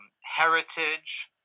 heritage